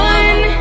one